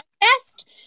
best